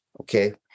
okay